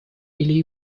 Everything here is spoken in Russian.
или